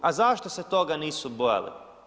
A zašto se toga nisu bojali?